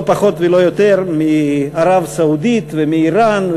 לא פחות ולא יותר מערב-הסעודית ומאיראן,